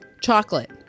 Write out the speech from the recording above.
chocolate